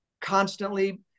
constantly